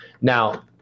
Now